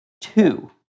Two